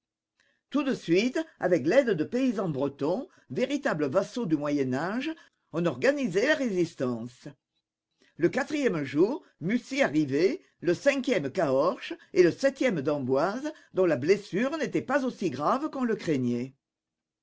tout de suite avec l'aide de paysans bretons véritables vassaux du moyen âge on organisait la résistance le quatrième jour mussy arrivait le cinquième caorches et le septième d'emboise dont la blessure n'était pas aussi grave qu'on le craignait